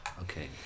okay